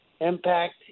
Impact